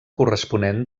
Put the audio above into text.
corresponent